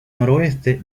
noreste